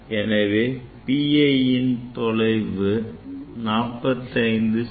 எனவே PIயின் தொலைவு 45 செ